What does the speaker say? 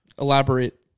Elaborate